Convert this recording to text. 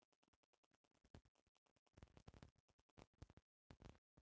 गंगा के मुख्य स्रोत हिमालय के बर्फ ह